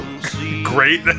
Great